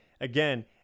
again